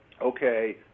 Okay